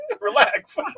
Relax